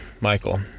Michael